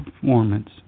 performance